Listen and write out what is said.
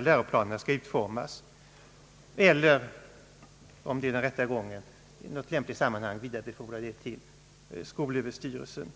läroplanen skall utformas eller — om det är den rätta gången — i något lämpligt sammanhang viderebefordra dessa synpunkter till skolöverstyrelsen.